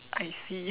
I see